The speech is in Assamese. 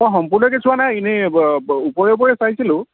ছাৰ সম্পূৰ্ণকে চোৱা নাই ইনেই ওপৰে ওপৰে চাইছিলোঁ